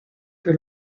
que